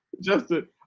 Justin